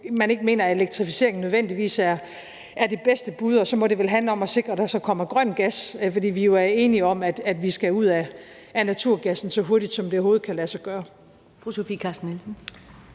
man ikke mener, at elektrificeringen nødvendigvis er det bedste bud, og så må det jo handle om at sikre, at der så kommer grøn gas, fordi vi jo er enige om, at vi skal ud af naturgassen så hurtigt, som det overhovedet kan lade sig gøre.